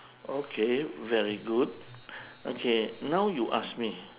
okay very good okay now you ask me